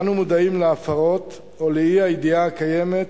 אנו מודעים להפרות או לאי-הידיעה הקיימת